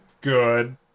good